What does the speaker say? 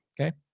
Okay